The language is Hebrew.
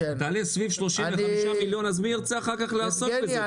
יעלה סביב 35 מיליון אז מי ירצה אחר כך לעשות את זה.